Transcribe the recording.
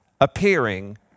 appearing